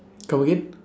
come again